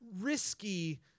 risky